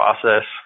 process